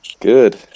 Good